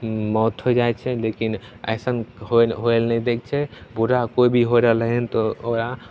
मौत हो जाइ छै लेकिन अइसन होइ होइले नहि दैके छै बूढ़ा कोइ भी होइ रहलै हँ तऽ ओकरा